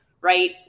right